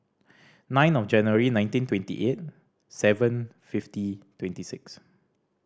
nine of January nineteen twenty eight seven fifty twenty six